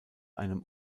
einem